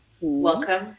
Welcome